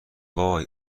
وای